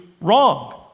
wrong